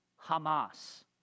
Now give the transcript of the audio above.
Hamas